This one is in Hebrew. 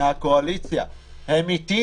הם אתי.